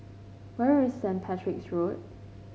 where is Saint Patrick's Road